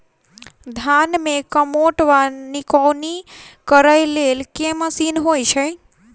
धान मे कमोट वा निकौनी करै लेल केँ मशीन होइ छै?